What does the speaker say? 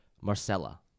marcella